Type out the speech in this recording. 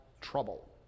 trouble